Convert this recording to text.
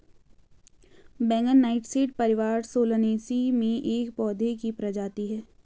बैंगन नाइटशेड परिवार सोलानेसी में एक पौधे की प्रजाति है